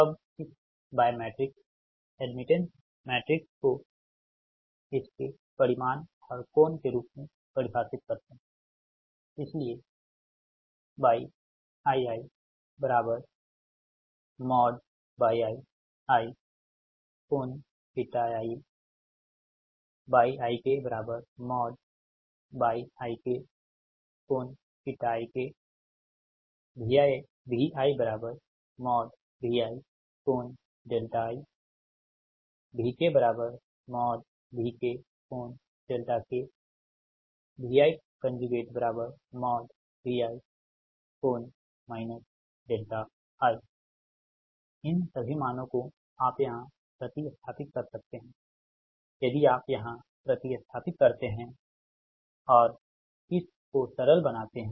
अब इस y matrix admittance matrix को इसके परिमाण और कोण के रूप में परिभाषित करते है इसलिए YiiYii∠ii YikYik∠ik ViVi∠i VkVk∠k Vi Vi∠ i इन सभी मानों को आप यहाँ प्रति स्थापित कर सकते हैं यदि आप यहाँ प्रति स्थापित करते हैं और इस को सरल बनाते हैं